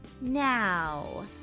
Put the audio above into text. Now